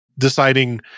Deciding